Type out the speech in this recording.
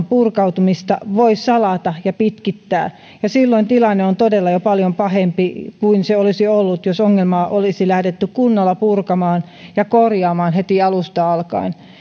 purkautumista voi salata ja pitkittää silloin tilanne on todella jo paljon pahempi kuin se olisi ollut jos ongelmaa olisi lähdetty kunnolla purkamaan ja korjaamaan heti alusta alkaen